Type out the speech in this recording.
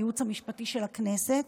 הייעוץ המשפטי של הכנסת.